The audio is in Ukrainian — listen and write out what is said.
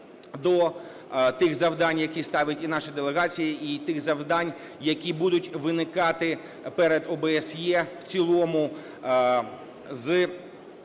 до тих завдань, які ставить і наша делегація, і тих завдань, які будуть виникати перед ОБСЄ в цілому з